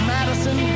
Madison